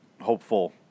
hopeful